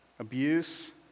abuse